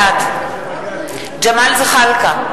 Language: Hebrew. בעד ג'מאל זחאלקה,